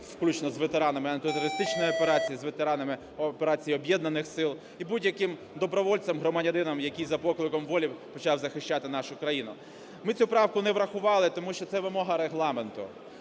включно з ветеранами антитерористичної операції, з ветеранами операції Об'єднаних сил і будь-яким добровольцем-громадянином, який за покликом волі почав захищати нашу країну. Ми цю правку не врахували, тому що це вимога Регламенту.